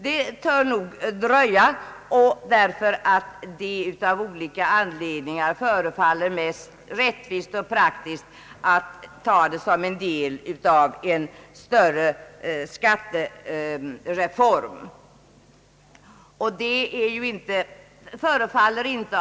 Det tör nog dröja, därför att det förefaller mest rättvist och praktiskt att behandla det som en del av en större skattereform.